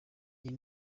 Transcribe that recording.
iyi